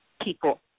people